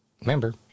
Remember